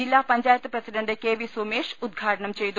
ജില്ലാ panchayat president K V Sumesh ഉദ്ഘാടനം ചെയ്തു